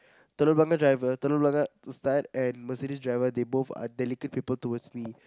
Telok-Blangah driver Telok-Blangah Ustad and Mercedes driver they both are delicate people towards me